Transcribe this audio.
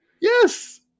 Yes